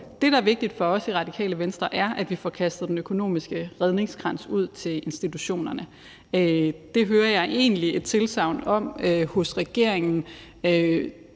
Det, der er vigtigt for os i Radikale Venstre, er, at vi får kastet en økonomisk redningskrans ud til institutionerne. Det hører jeg egentlig et tilsagn om fra regeringen.